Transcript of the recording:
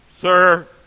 Sir